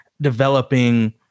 developing